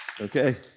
Okay